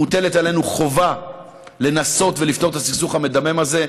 מוטלת עלינו חובה לנסות ולפתור את הסכסוך המדמם הזה.